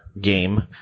game